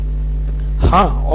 सिद्धार्थ मातुरी हाँ